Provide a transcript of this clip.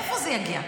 מאיפה זה יגיע?